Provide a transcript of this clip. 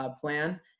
plan